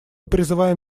призывам